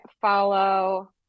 follow